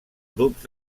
grups